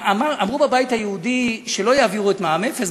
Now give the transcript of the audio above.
אמרו בבית היהודי שלא יעבירו את מע"מ אפס.